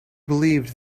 believed